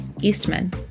Eastman